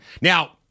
Now –